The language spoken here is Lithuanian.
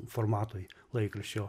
formatui laikraščio